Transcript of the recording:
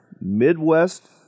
Midwest